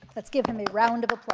let's give him a round of applause.